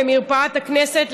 במרפאת הכנסת,